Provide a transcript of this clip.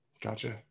Gotcha